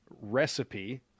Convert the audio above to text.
recipe